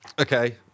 Okay